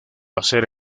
hacer